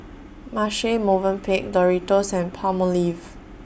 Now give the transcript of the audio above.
Marche Movenpick Doritos and Palmolive